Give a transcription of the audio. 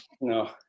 no